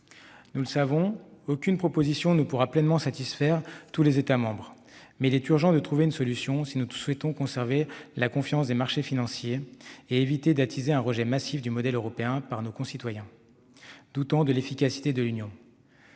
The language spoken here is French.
Nous le savons, aucune proposition ne pourra pleinement satisfaire tous les États membres. Mais il est urgent de trouver une solution si nous souhaitons conserver la confiance des marchés financiers et éviter d'attiser un rejet massif du modèle européen par nos concitoyens, doutant de l'efficacité de l'Union.